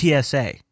TSA